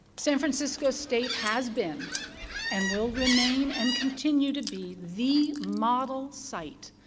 san francisco state has been and will remain and continue to be the model site,